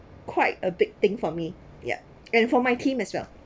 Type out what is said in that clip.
quite a big thing for me ya and for my team as well